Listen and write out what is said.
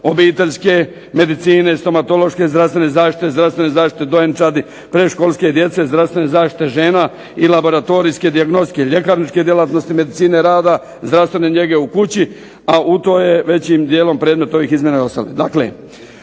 obiteljske medicine, stomatološke zdravstvene zaštite, zdravstvene zaštite dojenčadi, predškolske djece, zdravstvene zaštite žena, laboratorijske djelatnosti, ljekarničke djelatnosti, medicine rada, zdravstvene njege u kući a u to je većim dijelom predmet ovih izmjena ...